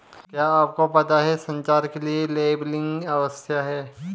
क्या आपको पता है संचार के लिए लेबलिंग आवश्यक है?